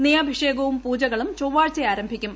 നെയ്യഭിഷേകവും പൂജകളും ചൊവ്വാഴ്ച ആരംഭിക്കും